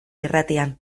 irratian